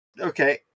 Okay